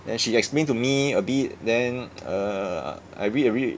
then she explained to me a bit then err I read uh read